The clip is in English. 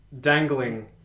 Dangling